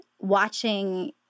watching